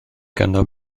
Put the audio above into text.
ganddo